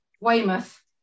Weymouth